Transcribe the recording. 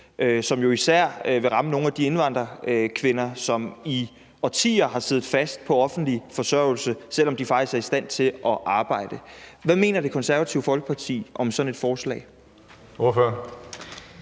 jo især vil ramme nogle af de indvandrerkvinder, som i årtier har siddet fast på offentlig forsørgelse, selv om de faktisk er i stand til at arbejde. Hvad mener Det Konservative Folkeparti om sådan et forslag? Kl.